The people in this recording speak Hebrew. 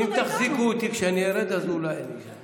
אם תחזיקו אותי כשאני ארד אז אולי אני אישאר.